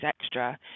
extra